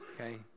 Okay